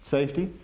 Safety